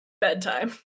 Bedtime